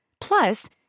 Plus